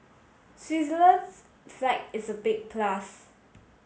Switzerland's flag is a big plus